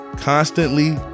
Constantly